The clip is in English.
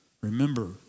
remember